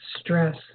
stress